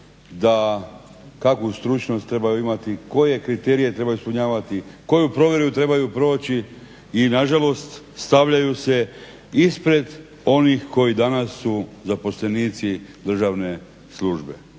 da kakvu stručnost trebaju imati, koje kriterije trebaju ispunjavati, koju provjeru trebaju proći i nažalost stavljaju se ispred onih koji danas su zaposlenici državne službe,